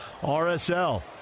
RSL